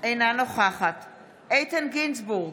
אינה נוכחת איתן גינזבורג,